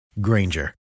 Granger